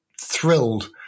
thrilled